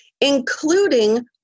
including